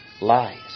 lies